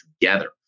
together